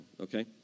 okay